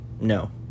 No